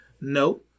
No